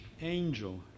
Angel